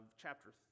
chapter